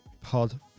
pod